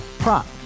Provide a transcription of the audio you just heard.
Prop